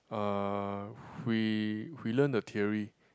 uh we we learn the theory